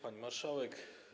Pani Marszałek!